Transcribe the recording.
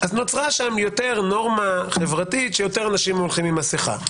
נוצרה שם נורמה חברתית שיותר אנשים הולכים עם מסכה.